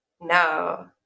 No